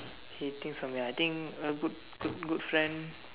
he thinks about me ah I think a good good good friend